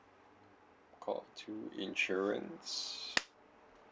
call two insurance